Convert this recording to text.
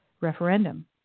referendum